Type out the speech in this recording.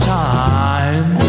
time